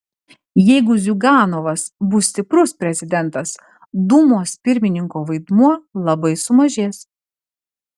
jeigu ziuganovas bus stiprus prezidentas dūmos pirmininko vaidmuo labai sumažės